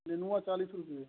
नेनूआ चालीस रुपये